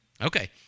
Okay